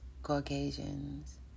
Caucasians